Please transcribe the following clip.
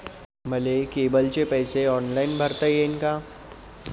मले केबलचे पैसे ऑनलाईन भरता येईन का?